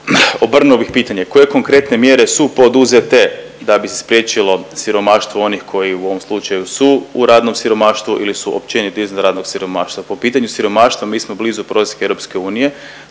Obrnuo bih pitanje. Koje konkretne mjere su poduzete da bi se spriječilo siromaštvo onih koji u ovom slučaju su u radnom siromaštvu ili su općenito iznad radnog siromaštva. Po pitanju siromaštva, mi smo blizu prosjeka EU, to je